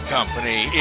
Company